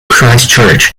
christchurch